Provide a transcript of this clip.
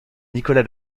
nicolas